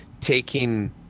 taking